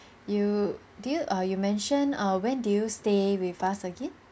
you do you err you mention err when do you stay with us again